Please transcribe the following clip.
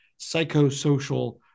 psychosocial